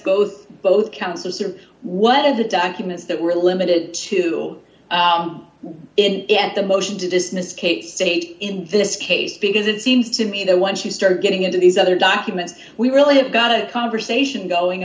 both both counsels and what are the documents that were limited to it the motion to dismiss kate's state in this case because it seems to me that once you start getting into these other documents we really have got a conversation going